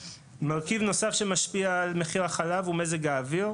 מרכיב נוסף שמשפיע על מחיר החלב הוא מזג האוויר.